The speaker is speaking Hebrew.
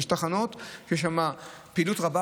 יש תחנות שיש בהן פעילות רבה,